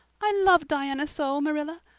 i love diana so, marilla.